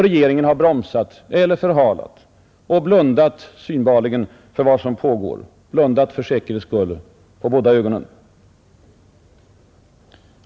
Regeringen har bromsat eller förhalat och har synbarligen blundat för vad som pågår, blundat — för säkerhets skull — med båda ögonen.